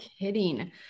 kidding